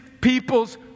people's